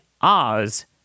Oz